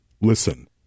listen